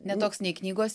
ne toks nei knygos